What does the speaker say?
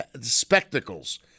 Spectacles